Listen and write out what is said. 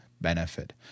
benefit